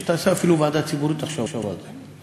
אפילו תקים ועדה ציבורית שתחשוב על זה.